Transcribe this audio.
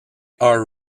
are